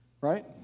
right